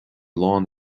lán